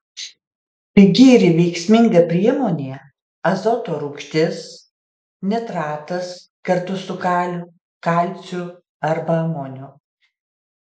pigi ir veiksminga priemonė azoto rūgštis nitratas kartu su kaliu kalciu arba amoniu